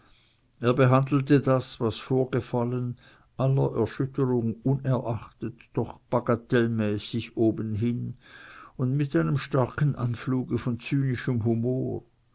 er behandelte das was vorgefallen aller erschütterung unerachtet doch bagatellmäßig obenhin und mit einem starken anfluge von zynischem humor